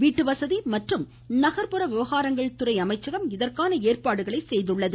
வீட்டு வசதி மற்றும் நகர்ப்புற விவகாரங்கள் துறை அமைச்சகம் இதற்கான ஏற்பாடுகளை செய்துள்ளது